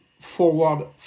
forward